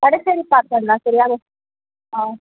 வடச்சேரி பக்கம் தான் சரியா ஆ